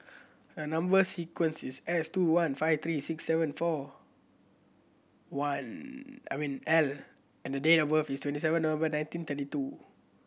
a number sequence is S two one five three six seven four one L and the date of birth is twenty seven November nineteen thirty two